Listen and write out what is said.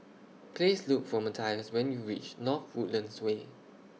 Please Look For Mathias when YOU REACH North Woodlands Way